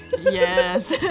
Yes